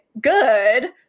good